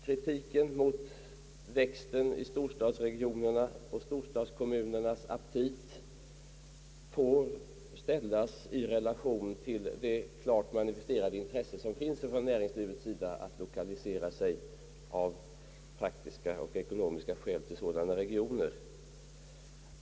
Kritiken mot växten i storstadsregionerna och storstadskommunernas aptit får ses mot bakgrunden av näringslivets klart manifesterade intresse att av praktiska och ekonomiska skäl lokalisera sig till dessa regioner.